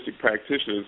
practitioners